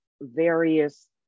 various